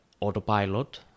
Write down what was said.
autopilot